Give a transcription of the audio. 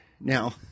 Now